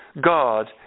God